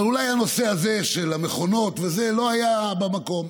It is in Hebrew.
אבל אולי הנושא הזה של המכונות לא היה במקום.